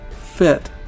fit